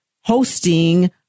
hosting